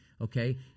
Okay